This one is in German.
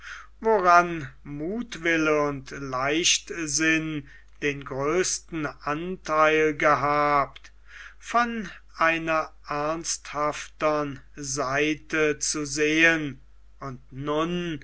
woran muthwille und leichtsinn den größten antheil gehabt von einer ernsthaftern seite zu sehen und nun